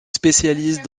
spécialise